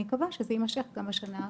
אני מקווה שזה יימשך גם בשנה הקרובה.